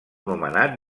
nomenat